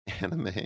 anime